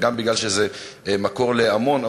וגם משום שזה מקור פרנסה להמון,